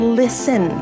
listen